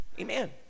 Amen